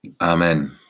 Amen